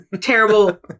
terrible